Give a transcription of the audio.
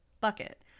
bucket